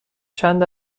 چند